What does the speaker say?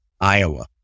Iowa